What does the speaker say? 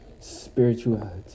spirituality